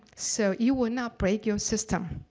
so you will not break your system,